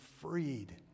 freed